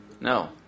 No